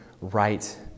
right